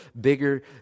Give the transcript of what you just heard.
bigger